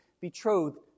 betrothed